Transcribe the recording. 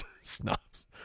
snaps